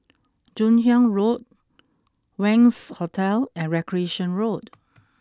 Joon Hiang Road Wangz Hotel and Recreation Road